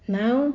now